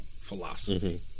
philosophy